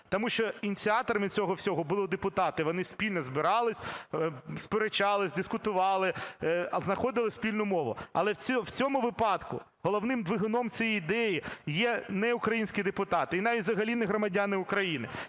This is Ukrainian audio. Тому що ініціаторами цього всього були депутати. Вони спільно збирались, сперечались, дискутували, знаходили спільну мову. Але в цьому випадку головним двигуном цієї ідеї є не українські депутати, і навіть взагалі не громадяни України.